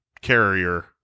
carrier